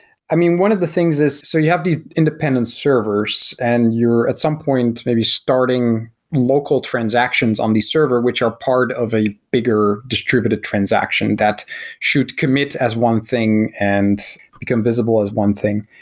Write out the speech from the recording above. i mean, one of the things is so you have the independent servers and you're at some points maybe starting local transactions on this server, which are part of a bigger distributed transaction that should commit as one thing and become visible as one thing.